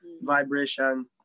Vibration